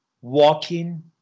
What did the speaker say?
walking